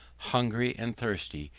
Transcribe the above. hungry and thirsty,